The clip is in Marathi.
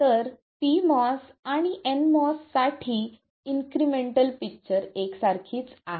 तर pMOS आणि nMOS साठी इन्क्रिमेंटल पिक्चर एकसारखीच आहेत